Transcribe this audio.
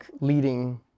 leading